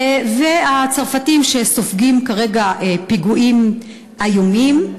והצרפתים, שסופגים כרגע פיגועים איומים,